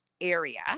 area